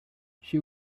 she